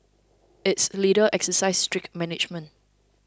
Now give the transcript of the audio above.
its leaders exercise strict management